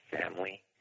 family